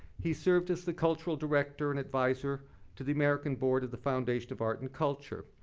he served as the cultural director and advisor to the american board of the foundation of art and culture.